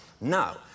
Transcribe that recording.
now